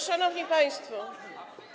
Szanowni Państwo!